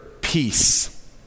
peace